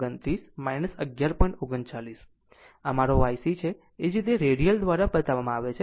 આમ આ મારો I C છે તે તે જ રીતે રેડિયલ દ્વારા બતાવવામાં આવે છે